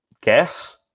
guess